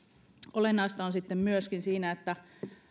olennaista on sitten myöskin että